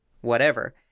whatever